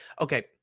okay